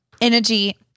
energy